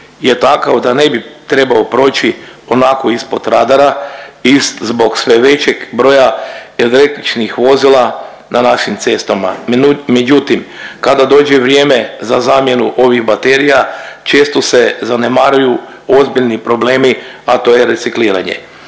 je takav da ne bi trebao proći, onako ispod radara i zbog sve većeg broja električnih vozila na našim cestama. Međutim, kada dođe vrijeme za zamjenu ovih baterija, često se zanemaruju ozbiljni problemi, a to je recikliranje.